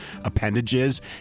appendages